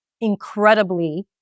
incredibly